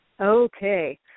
Okay